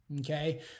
Okay